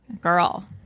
Girl